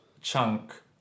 chunk